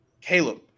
Caleb